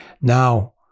now